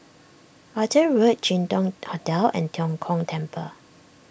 Arthur Road Jin Dong Hotel and Tian Kong Temple